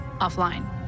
offline